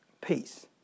peace